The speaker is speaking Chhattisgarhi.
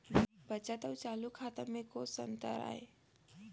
बचत अऊ चालू खाता में कोस अंतर आय?